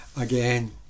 again